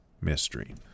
mystery